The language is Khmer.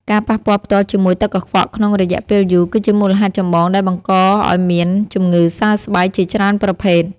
ការប៉ះពាល់ផ្ទាល់ជាមួយទឹកកខ្វក់ក្នុងរយៈពេលយូរគឺជាមូលហេតុចម្បងដែលបង្កឱ្យមានជំងឺសើស្បែកជាច្រើនប្រភេទ។